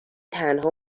تنها